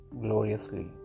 gloriously